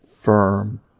firm